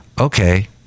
okay